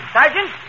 Sergeant